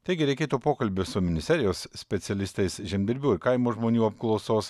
taigi reikėtų pokalbį su ministerijos specialistais žemdirbių ir kaimo žmonių apklausos